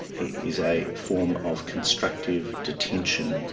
is a form of constructive detention,